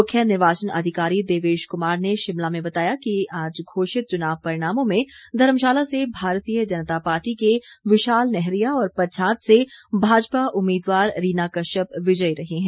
मुख्य निर्वाचन अधिकारी देवेश कुमार ने शिमला में बताया कि आज घोषित चुनाव परिणामों में धर्मशाला से भारतीय जनता पार्टी के विशाल नेहरिया और पच्छाद से भाजपा उम्मीदवार रीना कश्यप विजयी रही हैं